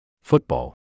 Football